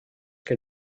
que